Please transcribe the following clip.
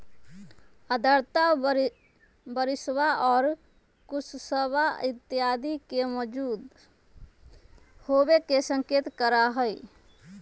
आर्द्रता बरिशवा और कुहसवा इत्यादि के मौजूद होवे के संकेत करा हई